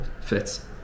fits